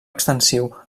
extensiu